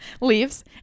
leaves